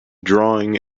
drawing